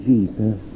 Jesus